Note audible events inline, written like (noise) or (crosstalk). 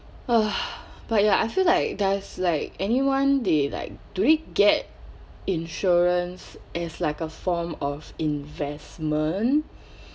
(breath) but ya I feel like there's like anyone they like do get insurance as like a form of investment (breath)